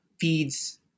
feeds